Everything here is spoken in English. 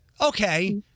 okay